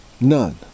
None